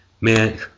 Man